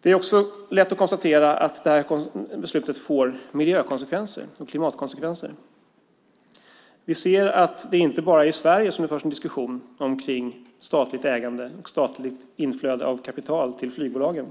Det är också lätt att konstatera att det här beslutet får miljökonsekvenser och klimatkonsekvenser. Det är inte bara i Sverige som det förs en diskussion om statligt ägande och statligt inflöde av kapital till flygbolagen.